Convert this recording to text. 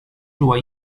była